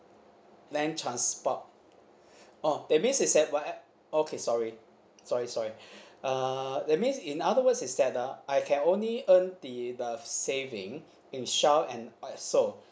land transport orh that means is that what okay sorry sorry sorry err that means in other words is that uh I can only earn the the saving in shell and esso